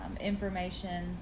information